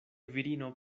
virino